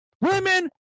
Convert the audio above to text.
Women